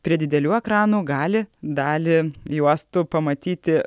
prie didelių ekranų gali dalį juostų pamatyti